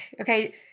okay